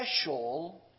special